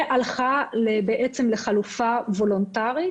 והלכה לחלופה וולונטרית,